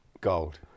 gold